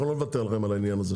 אנחנו לא נוותר לכם על העניין הזה.